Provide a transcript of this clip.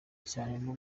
cyane